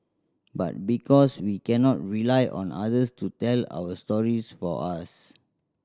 but because we cannot rely on others to tell our stories for us